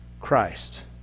Christ